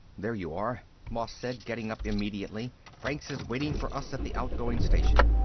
there you are, moss said, getting up immediately. franks is waiting for us at the outgoing station.